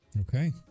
Okay